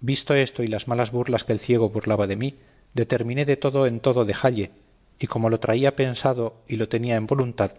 visto esto y las malas burlas que el ciego burlaba de mí determiné de todo en todo dejalle y como lo traía pensado y lo tenía en voluntad